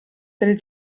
del